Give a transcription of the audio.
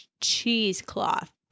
cheesecloth